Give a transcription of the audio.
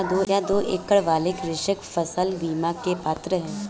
क्या दो एकड़ वाले कृषक फसल बीमा के पात्र हैं?